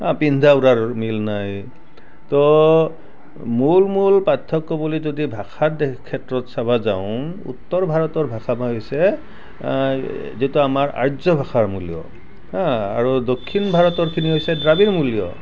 পিন্ধা উৰাৰো মিল নাই তো মূল মূল পাৰ্থক্য বুলিতো যদি ভাষাৰ ক্ষেত্ৰত চাবা যাওঁ উত্তৰ ভাৰতৰ ভাষাটো হৈছে যিটো আমাৰ আৰ্যভাষাৰ মূলীয় আৰু দক্ষিণ ভাৰতৰ খিনি হৈছে দ্ৰাবিড়মূলীয়